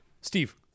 Steve